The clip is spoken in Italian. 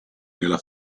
nella